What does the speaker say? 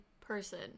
person